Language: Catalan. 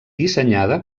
dissenyada